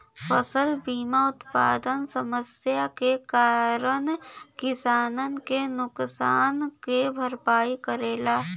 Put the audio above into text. फसल बीमा उत्पादन समस्या के कारन किसानन के नुकसान क भरपाई करेला